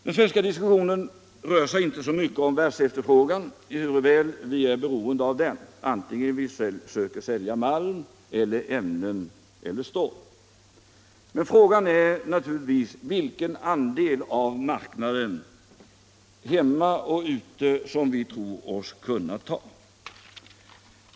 Den svenska diskussionen rör sig inte så mycket om världsefterfrågan, ehuru vi är beroende av den, vare sig vi söker sälja malm, ämnen eller stål. Frågan är naturligtvis vilken andel av marknaden, hemma och utomlands, som vi tror oss kunna ta.